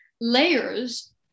layers